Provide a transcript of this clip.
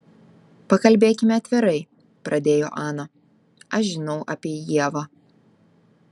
pakalbėkime atvirai pradėjo ana aš žinau apie ievą